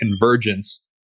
convergence